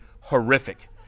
horrific